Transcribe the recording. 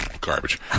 Garbage